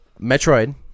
Metroid